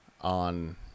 on